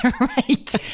Right